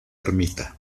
ermita